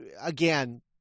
again